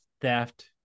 theft